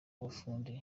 abafundi